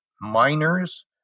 miners